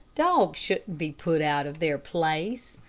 dogs shouldn't be put out of their place.